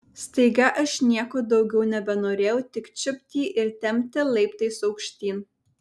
staiga aš nieko daugiau nebenorėjau tik čiupt jį ir tempti laiptais aukštyn